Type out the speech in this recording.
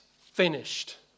finished